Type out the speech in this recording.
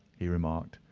he remarked.